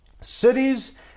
cities